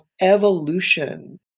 evolution